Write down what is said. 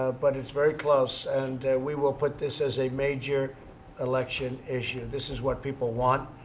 ah but it's very close. and we will put this as a major election issue. this is what people want.